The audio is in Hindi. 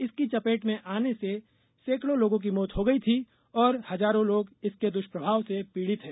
इसकी चपेट में आने से सैकड़ों लोगों की मौत हो गई थी और हजारों लोग इसके दुष्प्रभाव से पीड़ित हैं